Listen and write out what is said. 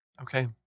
okay